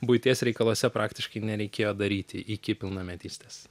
buities reikaluose praktiškai nereikėjo daryti iki pilnametystės